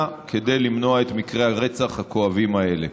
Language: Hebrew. כדי למנוע את מקרי הרצח הכואבים האלה.